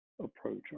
approach